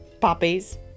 puppies